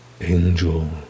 angel